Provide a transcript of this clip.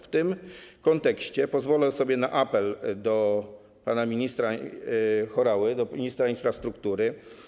W tym kontekście pozwolę sobie na apel do pana ministra Horały, ministra infrastruktury.